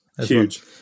Huge